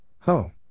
Ho